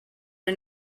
are